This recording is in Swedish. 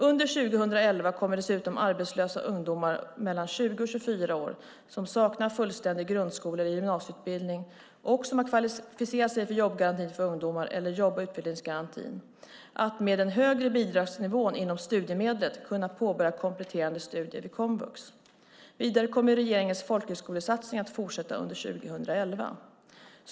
Under 2011 kommer dessutom arbetslösa ungdomar mellan 20 och 24 år som saknar fullständig grundskole eller gymnasieutbildning och som kvalificerat sig för jobbgarantin för ungdomar eller jobb och utvecklingsgarantin, att med den högre bidragsnivån inom studiemedlet kunna påbörja kompletterande studier vid komvux. Vidare kommer regeringens folkhögskolesatsning att fortsätta under 2011.